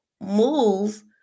move